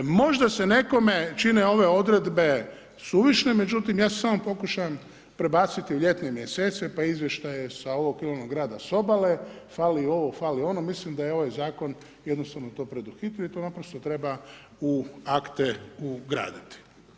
Možda se nekome čine ove odredbe suvišne, međutim ja se samo pokušam prebaciti u ljetne mjesece pa izvještaje sa ovog ili onog grada sa obale, fali ovo, fali ono, mislim da je ovaj zakon jednostavno to preduhitrio i to naprosto treba u akte ugraditi.